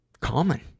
common